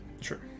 Sure